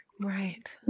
Right